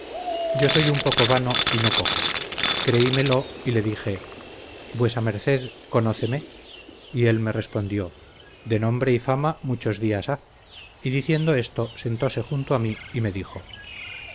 y no poco creímelo y le dije vuesa merced conóceme y él me respondió de nombre y fama muchos días ha y diciendo esto sentose junto a mí y me dijo